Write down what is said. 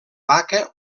vaca